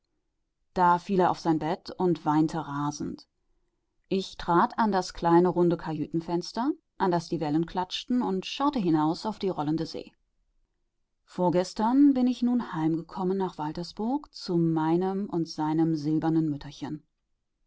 da fiel er auf sein bett und weinte rasend ich trat an das kleine runde kajütenfenster an das die wellen klatschten und schaute hinaus auf die rollende see vorgestern bin ich nun heimgekommen nach waltersburg zu meinem und